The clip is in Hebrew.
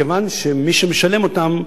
מכיוון שמי שמשלם אותם,